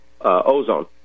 ozone